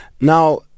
Now